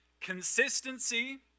Consistency